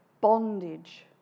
bondage